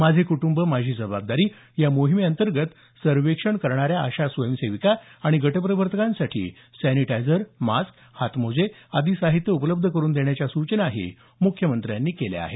माझे कुटुंब माझी जबाबदारी या मोहिमेअंतर्गत सर्वेक्षण करणाऱ्या आशा स्वयंसेविका आणि गटप्रवर्तकांसाठी सॅनिटायझर मास्क हातमोजे आदी साहित्य उपलब्ध करून देण्याच्या सूचनाही मुख्यमंत्र्यांनी केल्या आहेत